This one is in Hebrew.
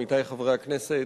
עמיתי חברי הכנסת,